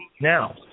Now